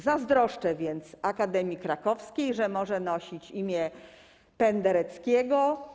Zazdroszczę więc Akademii Krakowskiej, że może nosić imię Pendereckiego.